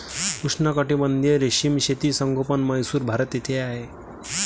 उष्णकटिबंधीय रेशीम शेती संशोधन म्हैसूर, भारत येथे आहे